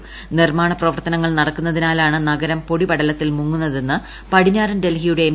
ീനിർമ്മാണ പ്രവർത്തനങ്ങൾ നടക്കുന്നതിനാലാണ് നഗരം ക്ട്പ്പാട്ടിപടലത്തിൽ മുങ്ങുന്നതെന്ന് പടിഞ്ഞാറൽ ഡൽഹിയുട്ടെ ് എം